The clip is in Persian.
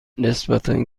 نسبتا